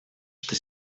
что